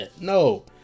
No